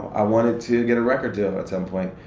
i wanted to get a record deal at some point.